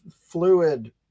fluid